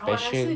special